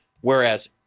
whereas